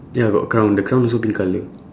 ya got crown the crown also pink colour